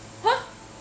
!huh!